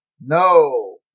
No